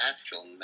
actual